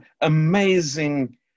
amazing